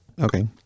okay